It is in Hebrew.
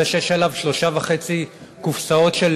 זה שיש עליו שלוש וחצי קופסאות של